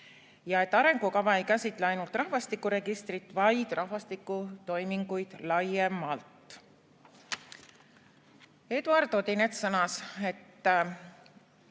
ja et arengukava ei käsitle ainult rahvastikuregistrit, vaid rahvastiku toiminguid laiemalt. Eduard Odinets sõnas, et